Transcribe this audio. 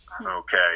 Okay